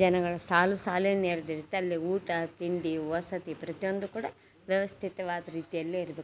ಜನಗಳ ಸಾಲು ಸಾಲೇ ನೆರೆದಿರತ್ತೆ ಅಲ್ಲಿ ಊಟ ತಿಂಡಿ ವಸತಿ ಪ್ರತಿಯೊಂದು ಕೂಡ ವ್ಯವಸ್ಥಿತವಾದ ರೀತಿಯಲ್ಲೇ ಇರಬೇಕು